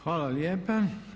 Hvala lijepa.